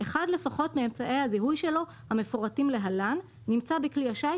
"אחד לפחות מאמצעי הזיהוי שלו המפורטים להלן נמצא בכלי השיט